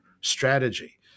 strategy